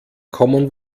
common